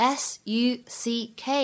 ,s-u-c-k